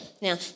Now